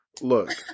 look